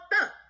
up